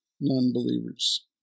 non-believers